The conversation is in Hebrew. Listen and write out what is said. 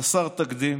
חסר תקדים